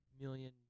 million